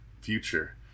future